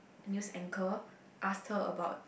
news anchor ask her about